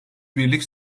birlik